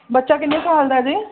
ਬੱਚਾ ਕਿੰਨੇ ਸਾਲ ਦਾ ਹੈ ਜੀ